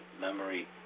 memory